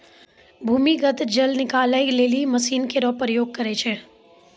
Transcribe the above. भूमीगत जल निकाले लेलि मसीन केरो प्रयोग करै छै